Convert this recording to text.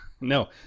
No